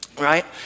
right